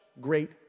great